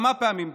כמה פעמים ביום.